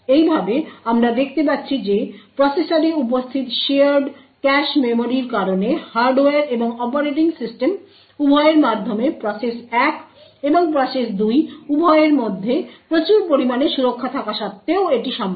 এইভাবে আমরা দেখতে পাচ্ছি যে প্রসেসরে উপস্থিত শেয়ার্ড ক্যাশে মেমরির কারণে হার্ডওয়্যার এবং অপারেটিং সিস্টেম উভয়ের মাধ্যমে প্রসেস 1 এবং প্রসেস 2 উভয়ের মধ্যে প্রচুর পরিমাণে সুরক্ষা থাকা সত্ত্বেও এটি সম্ভব